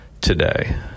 today